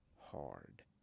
hard